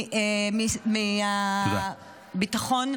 מהביטחון,